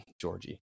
Georgie